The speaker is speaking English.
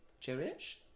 Cherish